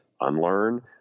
unlearn